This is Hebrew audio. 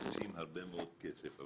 מקצים הרבה מאוד כסף,